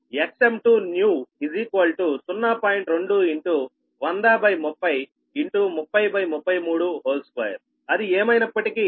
2 10030 30332అది ఏమైనప్పటికీ 0